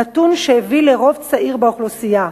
נתון שהביא לרוב צעיר באוכלוסייה.